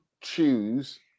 choose